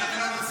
מה,